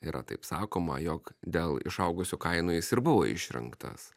yra taip sakoma jog dėl išaugusių kainų jis ir buvo išrinktas